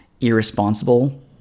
irresponsible